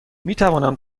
میتوانم